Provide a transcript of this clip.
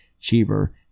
Cheever